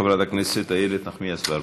חברת הכנסת איילת נחמיאס ורבין,